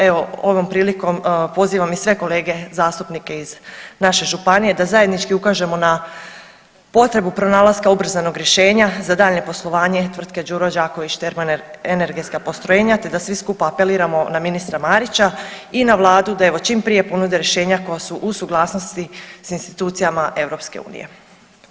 Evo, ovom prilikom pozivam i sve kolege zastupnike iz naše županije da zajednički ukažemo na potrebu pronalaska ubrzanog rješenja za daljnje poslovanje tvrtke Đuro Đaković termoenergetska postrojenja te da svi skupa apeliramo na ministra Marića i na vladu da evo čim prije ponude rješenja koja su u suglasnosti s institucijama EU.